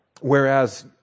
Whereas